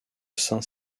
saint